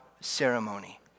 ceremony